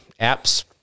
apps